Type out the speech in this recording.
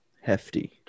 hefty